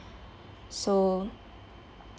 so